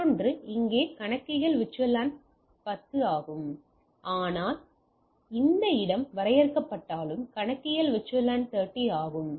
மற்றொன்று இங்கே கணக்கியல் VLAN 10 ஆகும் ஆனால் இந்த இடம் வரையறுக்கப்பட்டாலும் கணக்கியல் VLAN 30 ஆகும்